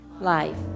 life